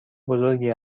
بزرگی